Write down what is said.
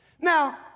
Now